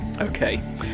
Okay